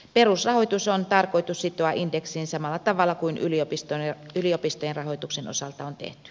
perusrahoitus on tarkoitus sitoa indeksiin samalla tavalla kuin yliopistojen rahoituksen osalta on tehty